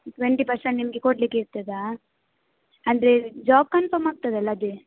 twenty percent ನಿಮಗೆ ಕೊಡಲಿಕ್ಕಿರ್ತದಾ ಅಂದ್ರೆ ಜಾಬ್ ಕನ್ಫಮ್ ಆಗ್ತದಲ್ಲ ಅದೇ